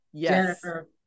Jennifer